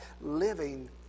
living